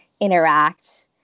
interact